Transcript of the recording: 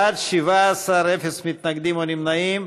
בעד, 17, אין מתנגדים או נמנעים.